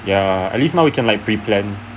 ya at least now we can like pre plan